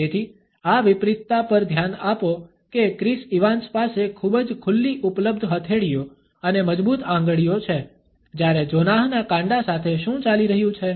તેથી આ વિપરીતતા પર ધ્યાન આપો કે ક્રિસ ઇવાન્સ પાસે ખૂબ જ ખુલ્લી ઉપલબ્ધ હથેળીઓ અને મજબૂત આંગળીઓ છે જ્યારે જોનાહ ના કાંડા સાથે શું ચાલી રહ્યું છે